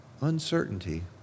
uncertainty